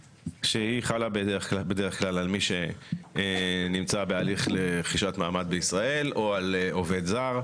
שחלה בדרך כלל על מי שנמצא בהליך לרכישת מעמד בישראל או עובד זר.